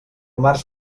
març